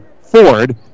Ford